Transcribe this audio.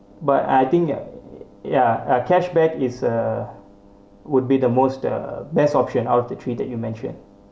but I think ya ya uh cashback is a would be the most the best option out of the three that you mentioned